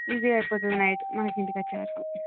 ఈజీగా అయిపోతుంది నైట్ మనం ఇంటికి వచ్చేవరకు